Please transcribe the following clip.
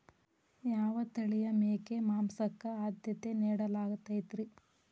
ಯಾವ ತಳಿಯ ಮೇಕೆ ಮಾಂಸಕ್ಕ, ಆದ್ಯತೆ ನೇಡಲಾಗತೈತ್ರಿ?